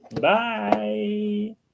bye